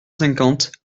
cinquante